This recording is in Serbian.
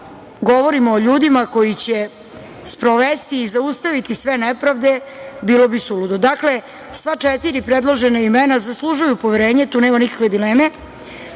govorimo o ljudima koji će sprovesti i zaustaviti sve nepravde bilo bi suludo. Dakle, sva četiri predložena imena zaslužuju poverenje, tu nema nikakve dileme.